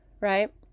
right